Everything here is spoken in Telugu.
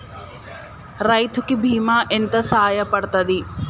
రైతు కి బీమా ఎంత సాయపడ్తది?